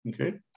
okay